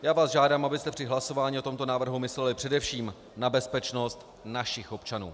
Já vás žádám, abyste při hlasování o tomto návrhu mysleli především na bezpečnost našich občanů.